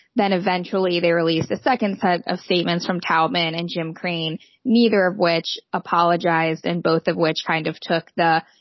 then eventually they released a second set of statements from taliban and jim crane neither of which apologized and both of which kind of took the.